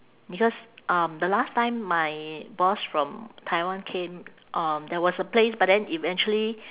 because um the last time my boss from taiwan came um there was a place but then eventually